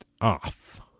off